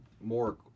more